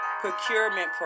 procurement